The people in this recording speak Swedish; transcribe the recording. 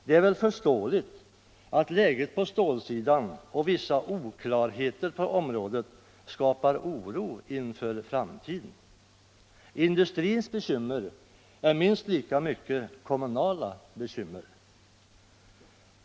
Det är väl förståeligt att läget på stålsidan och vissa oklarheter på området skapar oro inför framtiden. Industrins bekymmer är minst lika mycket kommunala bekymmer.